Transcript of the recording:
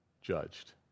Judged